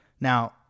now